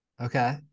okay